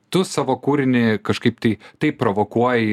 tu savo kūrinį kažkaip tai taip provokuoji